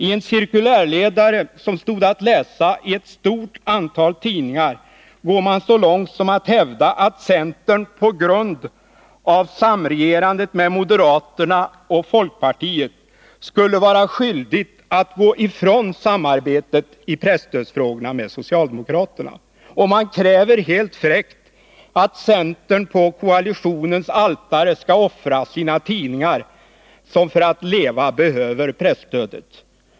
I en cirkulärledare som stod att läsa i ett stort antal tidningar går man så långt som till att hävda att centerpartiet på grund av samregerandet med moderata samlingspartiet och folkpartiet skulle vara skyldigt att gå ifrån samarbetet med socialdemokraterna i presstödsfrågorna, och man kräver helt fräckt att centern på koalitionens altare skall offra sina tidningar, som för att leva behöver presstödet.